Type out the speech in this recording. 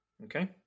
Okay